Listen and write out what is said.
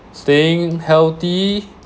staying healthy